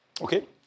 okay